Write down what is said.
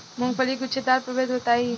मूँगफली के गूछेदार प्रभेद बताई?